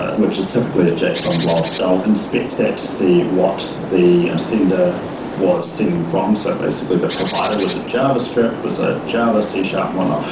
which is typically a json blob. they'll inspect that to see what the sender was sending from. so basically, the provider was a javascript, was a java c and whatnot.